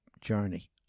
journey